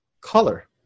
color